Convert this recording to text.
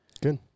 Good